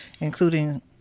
including